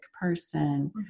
person